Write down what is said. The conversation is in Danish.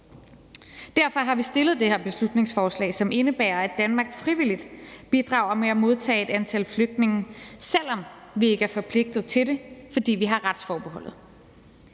Derfor har vi fremsat det her beslutningsforslag, som indebærer, at Danmark frivilligt bidrager med at modtage et antal flygtninge, selv om vi ikke er forpligtet til det, fordi vi har retsforbeholdet.